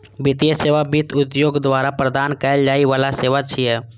वित्तीय सेवा वित्त उद्योग द्वारा प्रदान कैल जाइ बला सेवा छियै